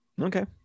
Okay